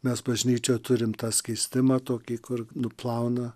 mes bažnyčioj turim tą skystimą tokį kur nuplauna